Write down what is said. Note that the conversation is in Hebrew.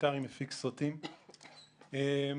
איזה שטויות את מדברת.